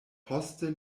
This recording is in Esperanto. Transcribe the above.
poste